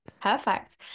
Perfect